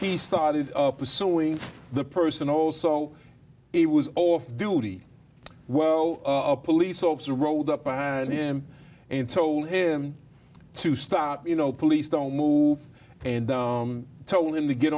he started pursuing the person also it was off duty well a police officer rode up behind him and told him to stop you know police don't move and told him to get